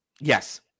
Yes